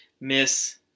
miss